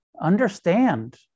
understand